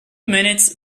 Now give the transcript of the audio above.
minutes